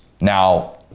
Now